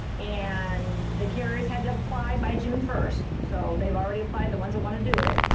and the curious had to apply by june first, so they've already applied, the ones that want to do it.